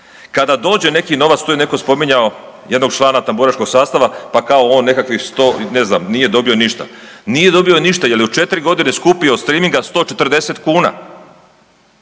Kada dođe neki novac, tu je netko spominjao jednog člana tamburaškog sastava, pa kao on nekakvih 100, ne znam, nije dobio ništa. Nije dobio ništa jel je u 4.g. skupio streaminga 140 kuna,